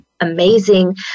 amazing